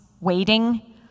waiting